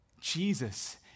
Jesus